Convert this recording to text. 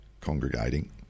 congregating